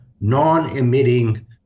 non-emitting